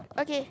okay